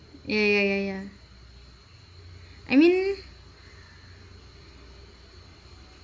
ya ya ya ya I mean